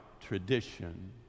tradition